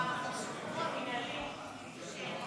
אתה יודע אם בסיפור המינהלי שבחוק,